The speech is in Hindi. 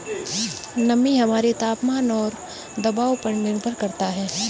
नमी हमारे तापमान और दबाव पर निर्भर करता है